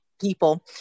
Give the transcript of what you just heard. people